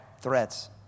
threats